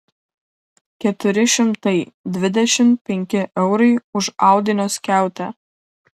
keturi šimtai dvidešimt penki eurai už audinio skiautę